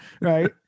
right